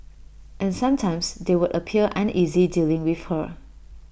and sometimes they would appear uneasy dealing with her